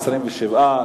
27,